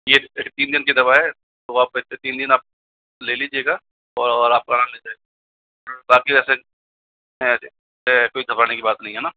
यह तीन दिन की दवा है तो आप इसे तीन दिन आप ले लीजिएगा और आपका बाकी ऐसे कोई घबराने की बात नहीं है न